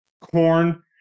corn